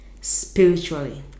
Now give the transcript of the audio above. spiritually